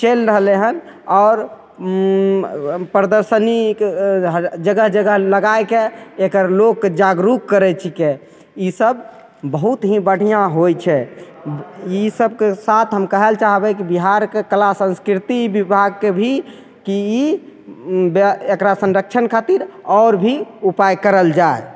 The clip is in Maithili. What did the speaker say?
चलि रहलै हन आओर प्रदर्शनीके जगह जगह लगाइके एकर लोकके जागरुक करै छिकै ई सब बहुतही बढ़िऑं होइ छै ई सबके साथ कहए लए चाहबै कि बिहारके कला संस्कृति विभागके भी की ई दाए एकरा संरक्षण खातिर औरभी उपाय करल जाइ